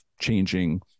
changing